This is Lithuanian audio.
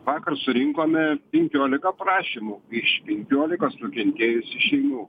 vakar surinkome penkioliką prašymų iš penkiolikos nukentėjusių šeimų